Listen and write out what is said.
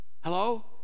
Hello